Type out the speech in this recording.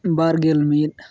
ᱵᱟᱨᱜᱮᱞ ᱢᱤᱫ